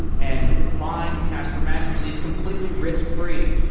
and buying casper mattress is completely risk-free.